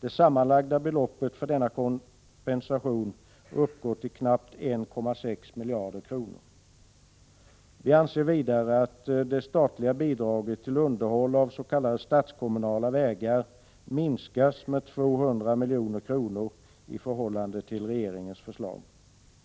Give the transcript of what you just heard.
Det sammanlagda beloppet för denna kompensation uppgår till knappt 1,6 miljarder kronor. Vi föreslår vidare att det statliga bidraget till underhåll av s.k. statskommunala vägar minskas med 200 milj.kr. i förhållande till regeringens förslag.